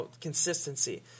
consistency